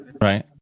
Right